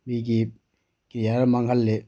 ꯃꯤꯒꯤ ꯀꯦꯔꯤꯌꯥꯔ ꯃꯥꯡꯍꯜꯂꯤ